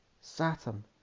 Saturn